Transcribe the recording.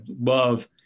love